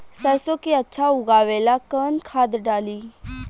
सरसो के अच्छा उगावेला कवन खाद्य डाली?